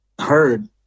heard